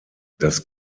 das